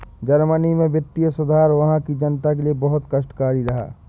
Germany में वित्तीय सुधार वहां की जनता के लिए बहुत कष्टकारी रहा